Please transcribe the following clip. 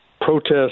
protest